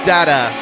Data